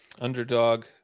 underdog